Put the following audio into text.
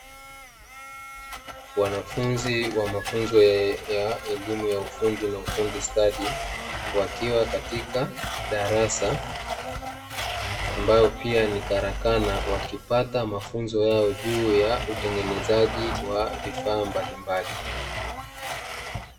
Wanafunzi wa mafunzo ya elimu ya ufundi na ufundi stadi, wakiwa katika darasa ambalo pia ni Karakana. Wakipata mafunzo yao juu ya utengenezaji wa vifaa mbalimbali.